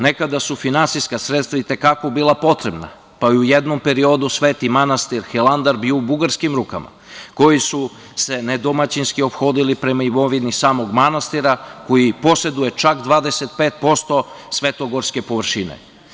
Nekada su finansijska sredstva i te kako bila potrebna, pa je u jednom periodu sveti manastir Hilandar bio u bugarskim rukama, koji su se nedomaćinski ophodili prema imovini samog manastira koji poseduje čak 25% svetogorske površine.